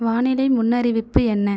வானிலை முன்னறிவிப்பு என்ன